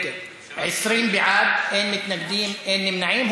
20 בעד, אין מתנגדים, אין נמנעים.